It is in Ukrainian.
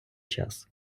час